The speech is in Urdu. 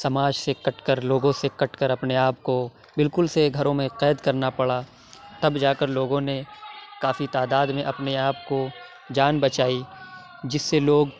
سماج سے کٹ کر لوگوں سے کٹ کر اپنے آپ کو بالکل سے گھروں میں قید کرنا پڑا تب جا کر لوگوں نے کافی تعداد میں اپنے آپ کو جان بچائی جس سے لوگ